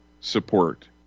support